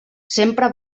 sempre